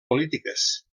polítiques